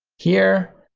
here,